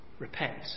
Repent